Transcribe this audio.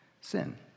sin